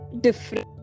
different